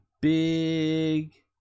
big